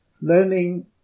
learning